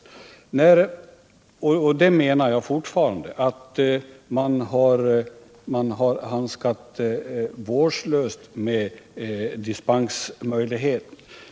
Jag anser fortfarande att man har handskats vårdslöst med dispensmöjligheterna.